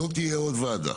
עוד ועדה.